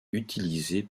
utilisés